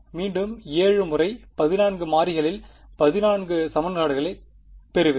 மீண்டும் 7 முறை 14 மாறிகளில் 14 சமன்பாடுகளைப் பெறுவேன்